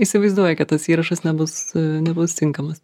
įsivaizduoji kad tas įrašas nebus nebus tinkamas